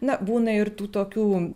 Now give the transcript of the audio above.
na būna ir tų tokių